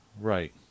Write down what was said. Right